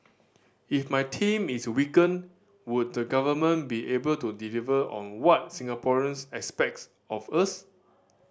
if my team is weakened would the government be able to deliver on what Singaporeans expect of us